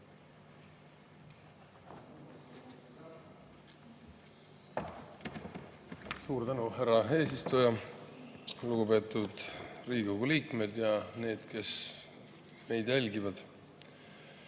Suur tänu, härra eesistuja! Lugupeetud Riigikogu liikmed ja need, kes meid jälgivad!